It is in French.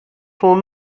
son